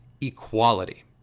equality